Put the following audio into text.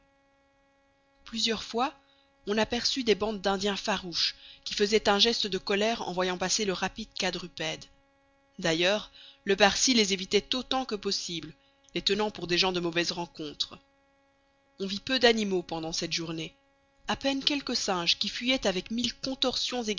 plusieurs fois on aperçut des bandes d'indiens farouches qui faisaient un geste de colère en voyant passer le rapide quadrupède d'ailleurs le parsi les évitait autant que possible les tenant pour des gens de mauvaise rencontre on vit peu d'animaux pendant cette journée à peine quelques singes qui fuyaient avec mille contorsions